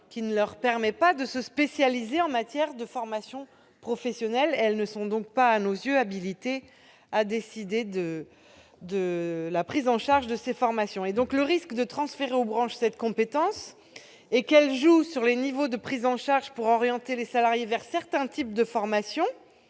qui ne leur permettent pas de se spécialiser en matière de formation professionnelle. Selon nous, elles ne sont donc pas habilitées à décider de la prise en charge des formations. Le risque de leur transférer cette compétence est qu'elles jouent sur les niveaux de prise en charge pour orienter les salariés vers certains types de formations.